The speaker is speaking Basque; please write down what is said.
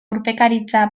urpekaritza